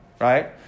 right